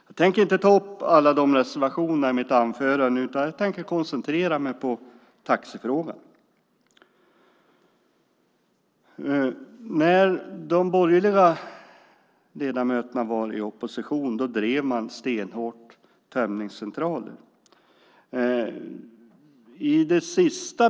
Jag tänker inte ta upp alla dessa reservationer i mitt anförande utan koncentrera mig på taxifrågan. När de borgerliga ledamöterna var i opposition drev de frågan om tömningscentraler stenhårt.